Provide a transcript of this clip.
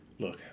Look